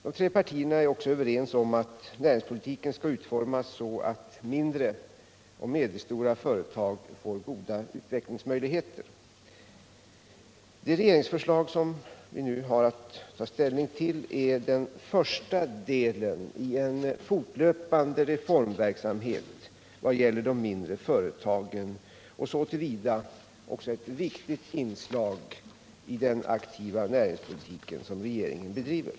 De tre partierna är också överens om att näringspolitiken skall utformas så, att mindre och medelstora företag får De mindre och goda utvecklingsmöjligheter. medelstora Det regeringsförslag som vi nu har att ta ställning till är den första — företagens utveckdelen i en fortlöpande reformverksamhet i vad gäller de mindre företagen = ling, m.m. och så till vida också ett viktigt inslag i den aktiva näringspolitik som regeringen bedriver.